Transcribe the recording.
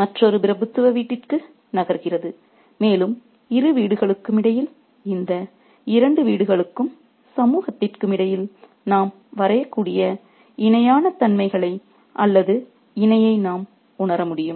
மற்றொரு பிரபுத்துவ வீட்டிற்கு நகர்கிறது மேலும் இரு வீடுகளுக்கும் இடையில் இந்த இரண்டு வீடுகளுக்கும் சமூகத்திற்கும் இடையில் நாம் வரையக்கூடிய இணையான தன்மைகளை அல்லது இணையை நாம் உணர முடியும்